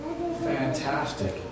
Fantastic